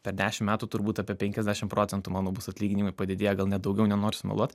per dešimt metų turbūt apie penkiasdešimt procentų manau bus atlyginimai padidėję gal net daugiau nenoriu sumeluot